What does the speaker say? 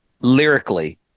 lyrically